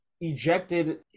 Ejected